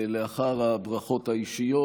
לאחר הברכות האישיות,